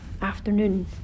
afternoon